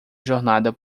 jornada